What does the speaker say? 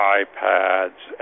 iPads